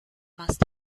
must